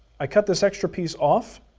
i cut this extra piece off,